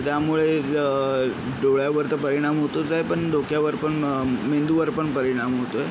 तर त्यामुळे डोळ्यावर तर परिणाम होतोच आहे पण डोक्यावरपण मेंदूवरपण परिणाम होतो आहे